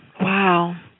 Wow